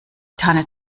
tanne